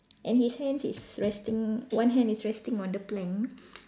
and his hands is resting one hand is resting on the plank